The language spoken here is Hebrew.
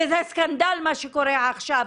וזה סקנדל מה שקורה עכשיו.